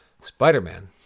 Spider-Man